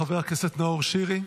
חבר הכנסת נאור שירי,